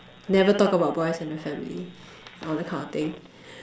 never talk about boys in the family all that kind of thing